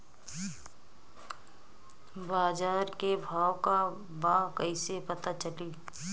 बाजार के भाव का बा कईसे पता चली?